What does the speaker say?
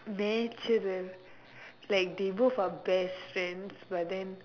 natural like they both are best friends but then